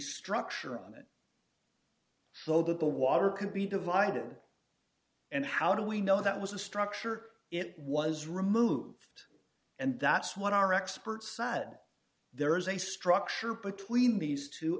structure on it though that the water could be divided and how do we know that was a structure it was removed and that's what our experts said there is a structure between these t